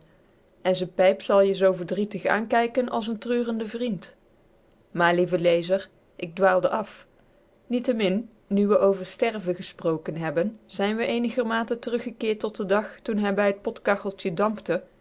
en z'n pijp zal je zoo verdrietig aankijken als n treurende vriend maar lieve lezer k dwaalde af niettemin nu we over sterven gesproken hebben zijn we eenigermate teruggekeerd tot den dag toen hij bij het potkacheltje dàmpte